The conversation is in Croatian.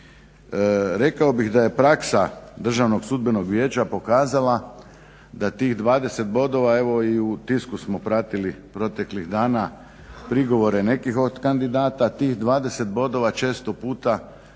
Rekao bih da je praksa Državnog sudbenog vijeća pokazala da tih 20 bodova, evo i u tisku smo pratili proteklih dana prigovore nekih od kandidata, tih 20 bodova često puta ne